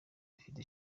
ifite